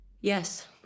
yes